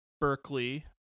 Berkeley